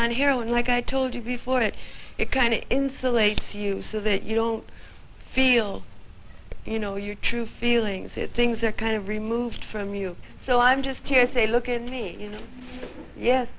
on heroin like i told you before that it kind of insulates you so that you don't feel you know your true feelings that things are kind of removed from you so i'm just here to say look at me you know yes